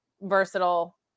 versatile